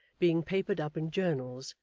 being papered up in journals,